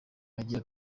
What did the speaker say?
agira